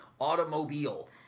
automobile